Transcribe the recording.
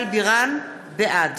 בעד